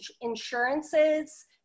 insurances